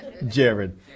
Jared